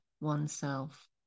oneself